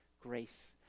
grace